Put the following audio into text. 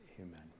amen